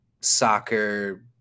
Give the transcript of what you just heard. soccer